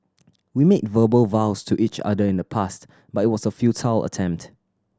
we made verbal vows to each other in the past but it was a futile attempt